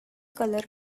colour